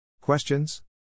Questions